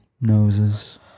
noses